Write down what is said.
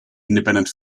independent